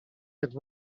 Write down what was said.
yet